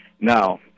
Now